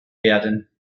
werden